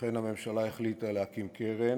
אכן הממשלה החליטה להקים קרן,